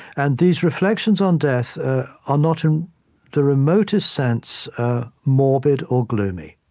and these reflections on death ah are not in the remotest sense morbid or gloomy